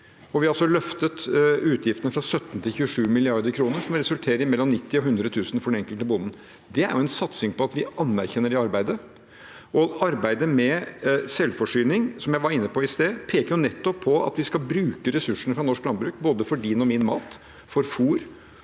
Vi har løftet utgiftene fra 17 mrd. kr til 27 mrd. kr, som resulterer i mellom 90 000 kr og 100 000 kr for den enkelte bonden. Det er en satsing på at vi anerkjenner det arbeidet. Arbeidet med selvforsyning, som jeg var inne på i sted, peker nettopp på at vi skal bruke ressursene fra norsk landbruk både for din og min mat, for fôr,